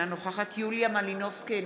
אינה נוכחת יוליה מלינובסקי קונין,